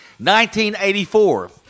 1984